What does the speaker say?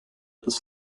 this